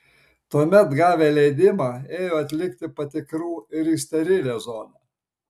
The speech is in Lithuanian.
tuomet gavę leidimą ėjo atlikti patikrų ir į sterilią zoną